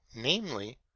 namely